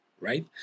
right